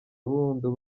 burundu